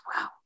wow